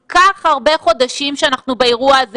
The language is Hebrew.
אחרי כל כך הרבה חודשים שאנחנו באירוע הזה,